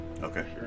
okay